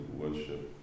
worship